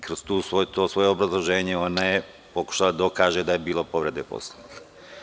Kroz to svoje obrazloženje, ona je pokušala da dokaže da je bilo povrede Poslovnika.